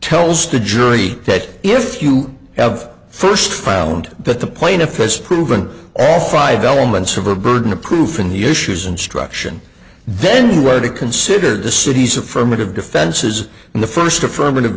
tells the jury that if you have first found that the plaintiff has proven all five elements of a burden of proof in the issues instruction then right to consider the city's affirmative defenses in the first affirmative